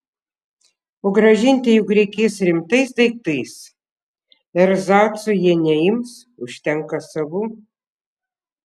o grąžinti juk reikės rimtais daiktais erzacų jie neims užtenka savų